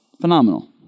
Phenomenal